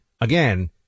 again